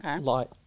light